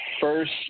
first